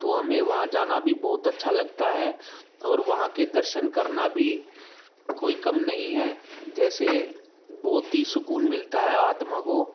तो हमें वहाँ जाना भी बहुत अच्छा लगता है और वहाँ के दर्शन करना भी कोई कम नहीं है जैसे बहुत ही सुकून मिलता है आत्मा को